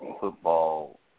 football